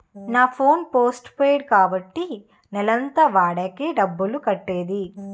నా phone postpaid కాబట్టి నెలంతా వాడాకే డబ్బులు కట్టేది